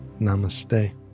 Namaste